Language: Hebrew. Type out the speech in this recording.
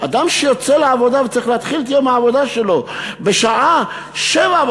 אדם שיוצא לעבודה וצריך להתחיל את יום העבודה שלו בשעה 07:00,